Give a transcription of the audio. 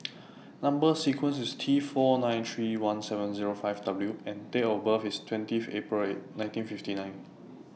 Number sequence IS T four nine three one seven Zero five W and Date of birth IS twentieth April nineteen fifty nine